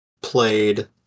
played